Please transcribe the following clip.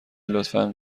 لطفا